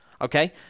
okay